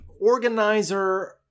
organizer